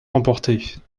remportées